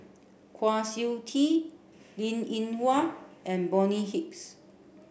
Kwa Siew Tee Linn In Hua and Bonny Hicks